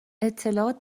اطلاعات